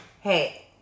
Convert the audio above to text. hey